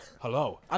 Hello